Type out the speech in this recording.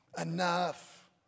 Enough